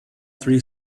three